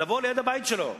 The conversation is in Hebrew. לבוא ליד הבית שלו,